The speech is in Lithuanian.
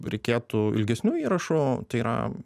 reikėtų ilgesnių įrašų tai yra